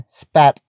spat